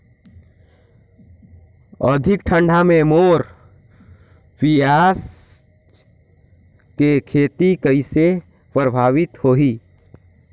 अधिक ठंडा मे मोर पियाज के खेती कइसे प्रभावित होही?